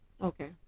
Okay